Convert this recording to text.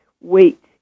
wait